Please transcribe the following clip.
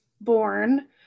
born